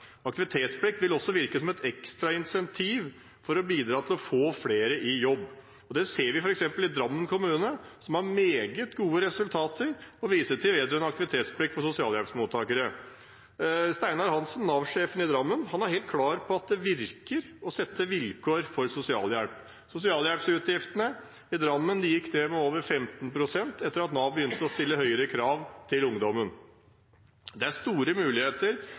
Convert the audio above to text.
Aktivitetsplikt vil også virke som et ekstra incentiv til å få flere i jobb. Det ser vi f.eks. i Drammen kommune, som har meget gode resultater å vise til vedrørende aktivitetsplikt for sosialhjelpsmottakere. Steinar Hansen, Nav-sjefen i Drammen, er helt klar på at det virker å sette vilkår for sosialhjelp. Sosialhjelpsutgiftene i Drammen gikk ned med over 15 pst. etter at Nav begynte å stille høyere krav til ungdommen. Det er store muligheter